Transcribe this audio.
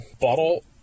Bottle